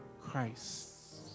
Christ